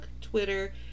Twitter